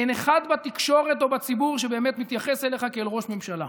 אין אחד בתקשורת או בציבור שבאמת מתייחס אליך כאל ראש ממשלה.